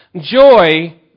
Joy